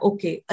Okay